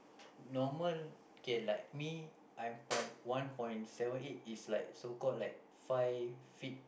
normal K like me I'm point one point seven eight is like so called like five feet